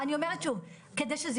ב-2017 הם